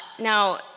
Now